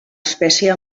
espècie